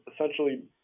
essentially